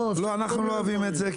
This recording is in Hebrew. לא, אנחנו לא אוהבים את זה.